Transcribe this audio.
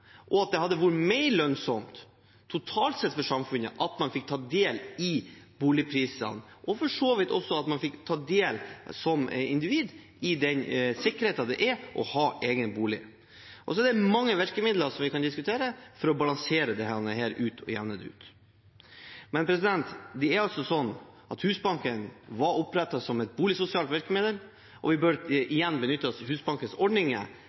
Det hadde vært mer lønnsomt totalt sett for samfunnet at man fikk ta del i boligprisene, og for så vidt også at man som individ fikk ta del i den sikkerheten det er å ha egen bolig. Så er det mange virkemidler vi kan diskutere for å balansere dette og jevne det ut. Men Husbanken ble altså opprettet som et boligsosialt virkemiddel, og vi bør igjen benytte oss av Husbankens ordninger